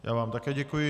Já vám také děkuji.